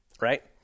Right